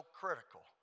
critical